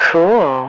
Cool